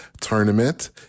tournament